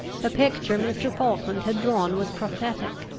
the picture mr. falkland had drawn was prophetic.